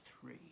three